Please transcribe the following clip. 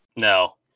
No